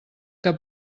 que